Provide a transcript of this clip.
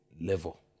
level